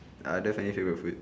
I don't have any favourite food